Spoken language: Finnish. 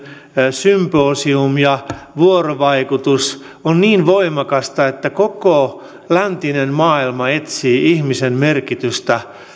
symposium ja vuorovaikutus on niin voimakasta että koko läntinen maailma etsii ihmisen merkitystä